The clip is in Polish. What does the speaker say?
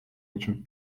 niczym